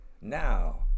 Now